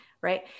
right